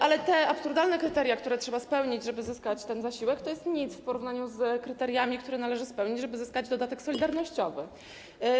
Ale te absurdalne kryteria, które trzeba spełnić, żeby zyskać ten zasiłek, to jest nic w porównaniu z kryteriami, które należy spełnić, żeby zyskać dodatek solidarnościowy.